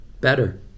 better